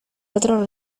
otro